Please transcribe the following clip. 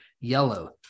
yellow